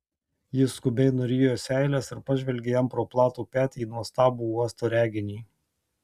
ji skubiai nurijo seiles ir pažvelgė jam pro platų petį į nuostabų uosto reginį